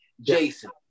Jason